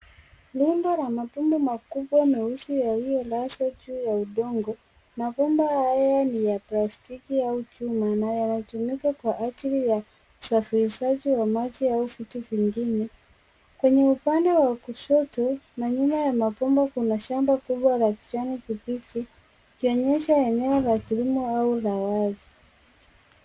Rundo la mabomba makubwa meusi yaliyolazwa juu ya udongo, na bomba haya ni ya plastiki au chuma na yanatumika kwa ajili ya usafirishaji wa maji au vitu vingine. Kwenye upande wa kushoto na nyuma ya mabomba kuna shamba kubwa la kijani kibichi, ikionyesha eneo ya kilimo au la wazi.